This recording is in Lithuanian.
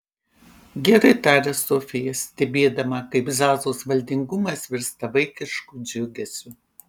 gerai tarė sofija stebėdama kaip zazos valdingumas virsta vaikišku džiugesiu